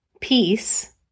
peace